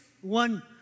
one